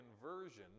conversion